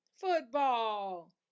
football